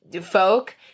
folk